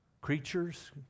creatures